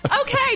Okay